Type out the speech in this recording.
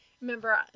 Remember